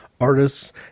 artists